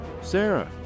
Sarah